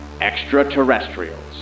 Extraterrestrials